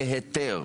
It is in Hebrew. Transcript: להיתר.